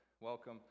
Welcome